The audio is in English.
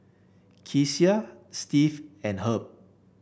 Kecia Steve and Herb